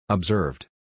Observed